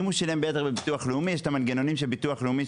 אם הוא שילם ביתר לביטוח הלאומי יש את המנגנונים של הביטוח הלאומי,